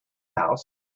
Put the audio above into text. house